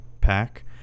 pack